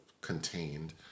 contained